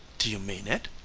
do you mean it?